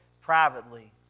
privately